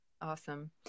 Awesome